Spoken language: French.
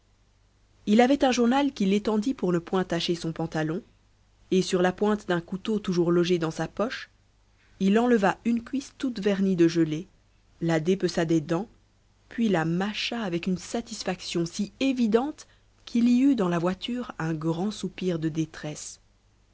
il avait un journal qu'il étendit pour ne point tacher son pantalon et sur la pointe d'un couteau toujours logé dans sa poche il enleva une cuisse toute vernie de gelée la dépeça des dents puis la mâcha avec une satisfaction si évidente qu'il y eut dans la voiture un grand soupir de détresse